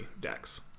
decks